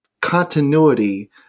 continuity